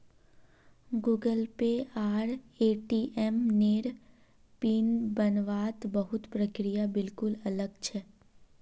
Google Pay आर ATM नेर PIN बन वात बहुत प्रक्रिया बिल्कुल अलग छे